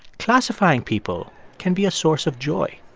classifying people can be a source of joy